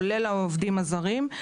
כולל העובדים הזרים,